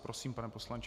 Prosím, pane poslanče.